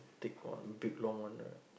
thick one big long one right